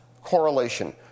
Correlation